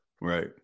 right